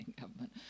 government